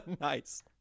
Nice